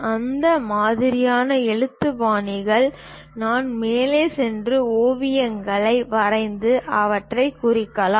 அந்த மாதிரியான எழுத்து பாணியால் நாம் மேலே சென்று ஓவியங்களை வரைந்து அவற்றைக் குறிக்கலாம்